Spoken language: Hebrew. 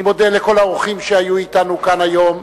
אני מודה לכל האורחים שהיו אתנו כאן היום.